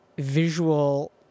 visual